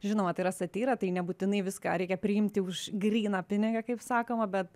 žinoma tai yra satyra tai nebūtinai viską reikia priimti už gryną pinigą kaip sakoma bet